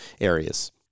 areas